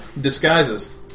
Disguises